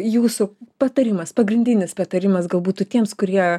jūsų patarimas pagrindinis patarimas gal būtų tiems kurie